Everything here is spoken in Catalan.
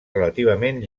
relativament